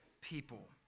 people